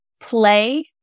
play